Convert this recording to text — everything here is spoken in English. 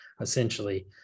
essentially